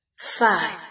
Five